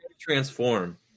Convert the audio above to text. Transform